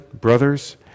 brothers